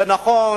זה נכון.